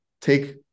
take